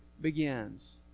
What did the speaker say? begins